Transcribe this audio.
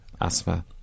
asthma